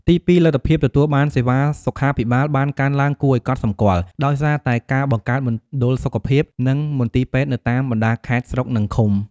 ទីពីរលទ្ធភាពទទួលបានសេវាសុខាភិបាលបានកើនឡើងគួរឱ្យកត់សម្គាល់ ដោយសារតែការបង្កើតមណ្ឌលសុខភាព និងមន្ទីរពេទ្យនៅតាមបណ្តាខេត្ត ស្រុក និងឃុំ។